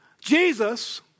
Jesus